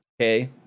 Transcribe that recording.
Okay